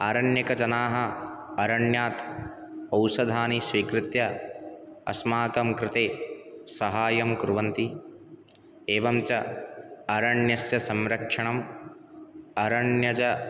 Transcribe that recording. आरण्यकजनाः अरण्यात् औषधानि स्वीकृत्य अस्माकं कृते सहायं कुर्वन्ति एवं च अरण्यस्य संरक्षणम् अरण्यज